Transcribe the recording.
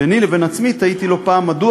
ביני לבין עצמי תהיתי לא פעם מדוע